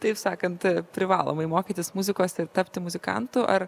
taip sakant privalomai mokytis muzikos ir tapti muzikantu ar